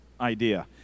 idea